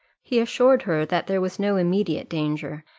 he assured her that there was no immediate danger,